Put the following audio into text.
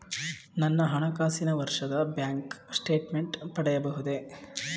ನನ್ನ ಹಣಕಾಸಿನ ವರ್ಷದ ಬ್ಯಾಂಕ್ ಸ್ಟೇಟ್ಮೆಂಟ್ ಪಡೆಯಬಹುದೇ?